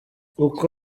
uko